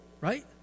right